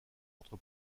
entre